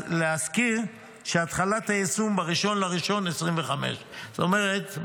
נזכיר שהתחלת היישום היא ב-1 בינואר 2025. זאת אומרת,